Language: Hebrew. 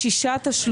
שישה זה שום דבר.